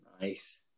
nice